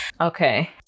okay